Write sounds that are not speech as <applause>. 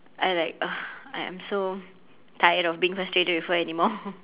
I like ugh I am so tired of being frustrated with her anymore <laughs>